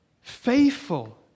faithful